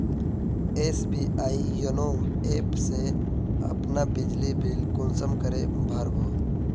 SBI YONO app से अपना बिजली बिल कुंसम करे भर बो?